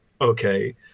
okay